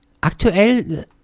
Aktuell